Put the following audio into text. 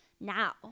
now